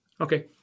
Okay